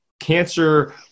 cancer